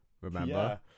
Remember